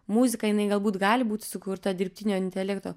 muzika jinai galbūt gali būti sukurta dirbtinio intelekto